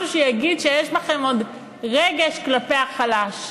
משהו שיגיד שיש בכם עוד רגש כלפי החלש.